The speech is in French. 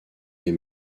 des